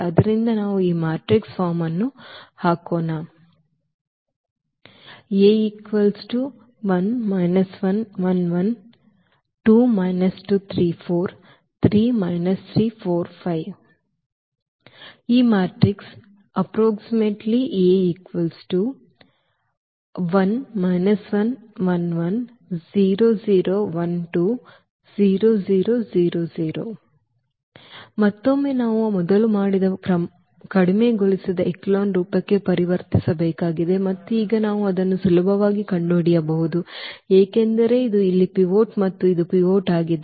ಆದ್ದರಿಂದ ನಾವು ಈ ಮ್ಯಾಟ್ರಿಕ್ಸ್ ಫಾರ್ಮ್ ಅನ್ನು ಹಾಕೋಣ ದಿ ಮ್ಯಾಟ್ರಿಕ್ಸ್ ಮತ್ತೊಮ್ಮೆ ನಾವು ಮೊದಲು ಮಾಡಿದ ಕಡಿಮೆಗೊಳಿಸಿದ ಎಚೆಲಾನ್ ರೂಪಕ್ಕೆ ಪರಿವರ್ತಿಸಬೇಕಾಗಿದೆ ಮತ್ತು ಈಗ ನಾವು ಅದನ್ನು ಸುಲಭವಾಗಿ ಕಂಡುಹಿಡಿಯಬಹುದು ಏಕೆಂದರೆ ಇದು ಇಲ್ಲಿ ಪಿವೋಟ್ ಮತ್ತು ಇದು ಪಿವೋಟ್ ಆಗಿದೆ